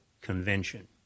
Convention